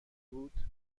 بود